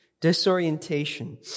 disorientation